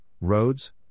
roads